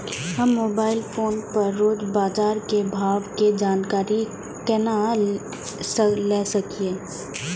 हम mobile phone पर रोज बाजार के भाव के जानकारी केना ले सकलिये?